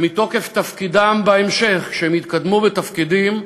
שמתוקף תפקידם בהמשך, כשהם התקדמו בתפקידים,